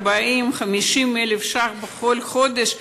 40,000 50,000 ש"ח בכל חודש,